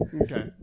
Okay